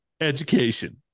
Education